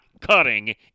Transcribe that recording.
cutting